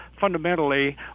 fundamentally